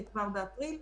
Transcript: זכאים לפעימה הראשונה.